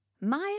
Maya